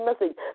message